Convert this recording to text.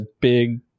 big